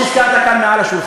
תקפיא את המאגר.